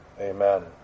Amen